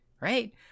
right